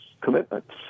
commitments